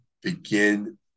begin